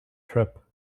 trip